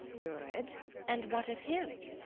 good and what of him?